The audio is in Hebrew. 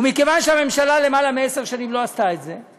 מכיוון שהממשלה יותר מעשר שנים לא עשתה את זה,